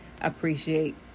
appreciate